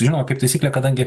žinoma kaip taisyklė kadangi